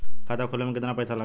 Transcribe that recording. खाता खोले में कितना पैसा लगेला?